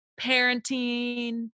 Parenting